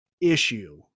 issue